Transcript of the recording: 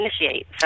initiate